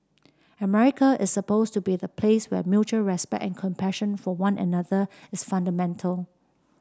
America is supposed to be the place where mutual respect and compassion for one another is fundamental